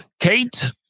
Kate